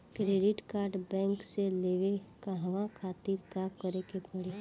Credit card bank से लेवे कहवा खातिर का करे के पड़ी?